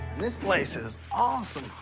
this place is awesome,